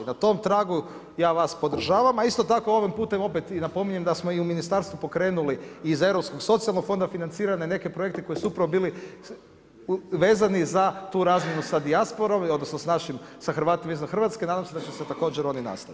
I na tom tragu, ja vas podržavam, a isto tako, ovim putem i napominjem, da smo i u Ministarstvu pokrenuli iz europskog socijalnog fonda, financirane neke projekte koji su upravo bili vezano za tu razmjenu za dijasporom, odnosno, sa našim, sa Hrvatima izvan Hrvatske, nadam se da su se također oni nas